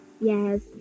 Yes